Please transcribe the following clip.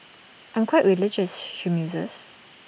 I'm quite religious she muses